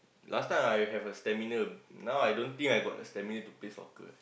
last time I have a stamina now I don't think I got a stamina to play soccer